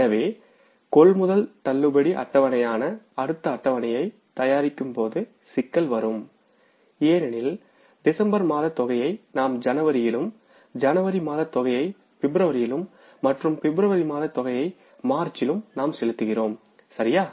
எனவே கொள்முதல் தள்ளுபடி அட்டவணையான அடுத்த அட்டவணையைத் தயாரிக்கும் போது சிக்கல் வரும் ஏனெனில் டிசம்பர் மாத தொகையை நாம் ஜனவரிலும் ஜனவரி மாத தொகையை பிப்ரவரியில் மற்றும் பிப்ரவரி மாத தொகையை மார்ச்சிலும் நாம் செலுத்துகிறோம்சரியா